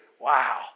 Wow